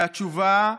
והתשובה,